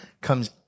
comes